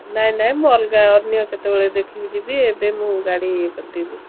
ନାଇଁ ନାଇଁ ମୁଁ ଅଲଗା ଅନ୍ୟ କେତେବେଳେ ଦେଖିଲି ଯିବି ଏବେ ମୁଁ ଗାଡ଼ି ଇଏ କରିଦେବି